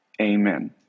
Amen